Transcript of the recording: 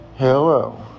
Hello